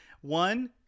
One